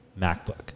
MacBook